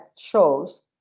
shows